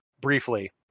briefly